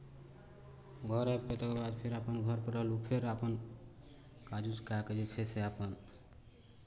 घर आबि कऽ तकर बाद फेर अपन घरपर रहलहुँ फेर अपन काज उज कए कऽ जे छै से अपन